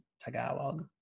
Tagalog